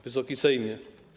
Wysoki Sejmie!